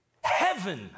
Heaven